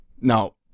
Now